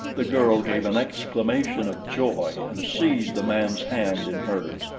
the girl gave an exclamation of joy and seized the man's hand in hers.